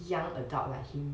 young adult like him